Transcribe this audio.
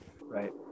Right